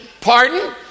pardon